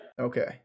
Okay